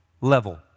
level